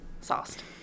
sauced